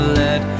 let